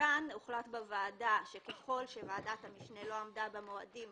כאן הוחלט בוועדה שככל שוועדת המשנה לא עמדה במועדים